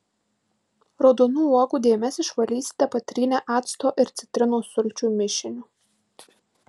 raudonų uogų dėmes išvalysite patrynę acto ir citrinos sulčių mišiniu